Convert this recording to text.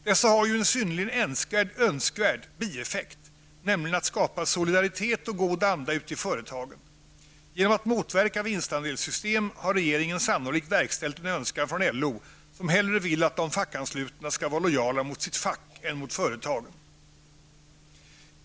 Dessa har ju en synnerligen önskvärd bieffekt, nämligen att skapa solidaritet och god anda ute i företagen. Genom att motverka vinstandelssystem har regeringen sannolikt verkställt en önskan från LO, som hellre vill att de fackanslutna skall vara lojala mot sitt fack än mot företagen.